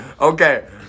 Okay